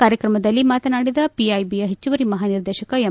ಕಾರ್ಯಕ್ರಮದಲ್ಲಿ ಮಾತನಾಡಿದ ಪಿಐಬಿಯ ಹೆಚ್ಚುವರಿ ಮಹಾನಿರ್ದೇಶಕ ಎಂ